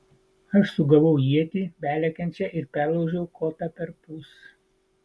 aš sugavau ietį belekiančią ir perlaužiau kotą perpus